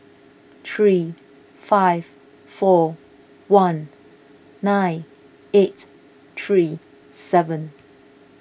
three five four one nine eight three seven